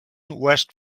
west